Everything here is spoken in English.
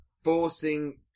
forcing